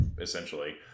essentially